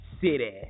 city